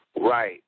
Right